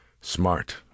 Smart